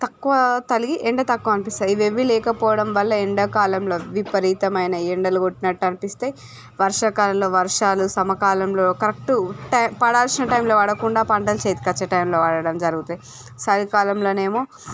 తక్కువ తగిలి ఎండ తక్కువనిపిస్తుంది ఇవ్వేవీ లేకపోవడం వల్ల ఎండాకాలంలో విపరీతమైన ఎండలు గొట్టినట్టు అనిపిస్థాయి వర్షాకాలంలో వర్షాలు సమకాలంలో కరక్టు పడాల్సిన టైంలో పడకుండా పంటలు చేతికి వచ్చే టైంలో పడడము జరుగుతాయి చలి కాలంలోనేమో